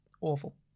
awful